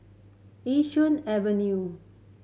Yishun Avenue